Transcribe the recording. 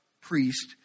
priest